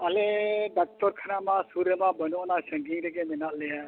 ᱟᱞᱮ ᱰᱟᱠᱛᱚᱨ ᱠᱷᱟᱱᱟᱢᱟ ᱥᱩᱨ ᱨᱮᱢᱟ ᱵᱟᱹᱱᱩᱜ ᱟᱱᱟ ᱥᱟᱺᱜᱤᱧ ᱨᱮᱜᱮ ᱢᱮᱱᱟᱜ ᱞᱮᱭᱟ